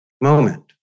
moment